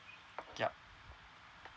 yup